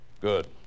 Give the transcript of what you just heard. Good